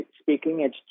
speaking